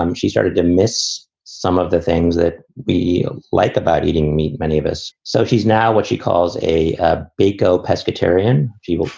um she started to miss some of the things that we like about eating meat. many of us. so she's now what she calls a ah bako, peski, attarian, jemal,